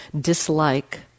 dislike